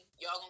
y'all